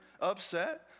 upset